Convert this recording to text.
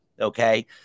okay